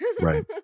right